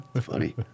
funny